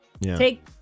Take